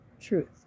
truth